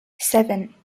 seven